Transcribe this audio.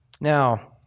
Now